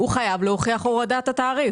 ראש עיר חייב להוכיח את הורדת התעריף.